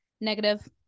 Negative